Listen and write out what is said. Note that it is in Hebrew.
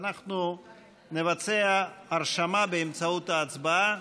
אנחנו נבצע הרשמה באמצעות ההצבעה.